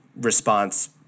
response